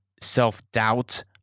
self-doubt